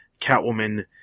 Catwoman